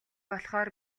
болохоор